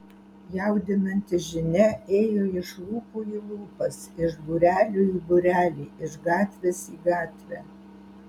jaudinanti žinia ėjo iš lūpų į lūpas iš būrelio į būrelį iš gatvės į gatvę